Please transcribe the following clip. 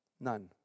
none